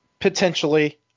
potentially